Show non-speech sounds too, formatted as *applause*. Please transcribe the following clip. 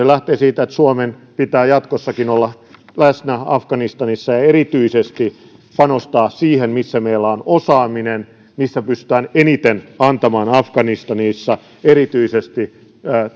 *unintelligible* lähtee siitä että suomen pitää jatkossakin olla läsnä afganistanissa ja erityisesti panostaa siihen missä meillä on osaaminen missä pystytään eniten antamaan afganistanissa erityisesti